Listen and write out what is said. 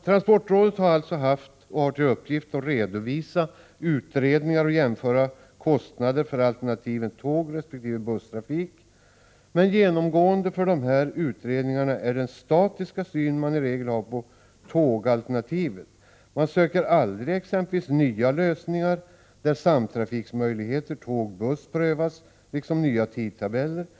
Transportrådet har haft och har till uppgift att redovisa utredningar och jämföra kostnader för alternativen tågresp. busstrafik. Genomgående för dessa utredningar är den i regel statiska synen på tågalternativet. Man söker aldrig exempelvis nya lösningar, där samtrafiksmöjligheten tåg-buss eller nya tidtabeller prövas.